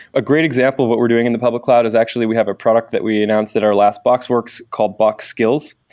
a great example of what we're doing in the public cloud is actually we have a product that we announced that our last box works called box skills,